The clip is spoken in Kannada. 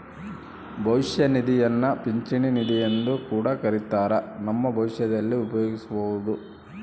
ಭವಿಷ್ಯ ನಿಧಿಯನ್ನ ಪಿಂಚಣಿ ನಿಧಿಯೆಂದು ಕೂಡ ಕರಿತ್ತಾರ, ನಮ್ಮ ಭವಿಷ್ಯದಲ್ಲಿ ಉಪಯೋಗಿಸಬೊದು